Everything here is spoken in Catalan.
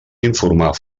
informar